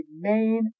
main